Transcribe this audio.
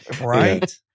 Right